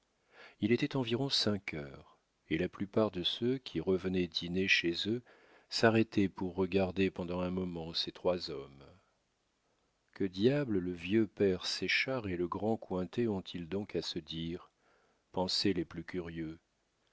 il était environ cinq heures et la plupart de ceux qui revenaient dîner chez eux s'arrêtaient pour regarder pendant un moment ces trois hommes que diable le vieux père séchard et le grand cointet ont-ils donc à se dire pensaient les plus curieux